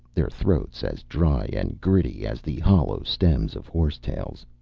their throats as dry and gritty as the hollow stems of horsetails.